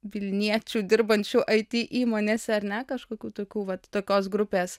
vilniečių dirbančių it įmonėse ar ne kažkokių tokių vat tokios grupės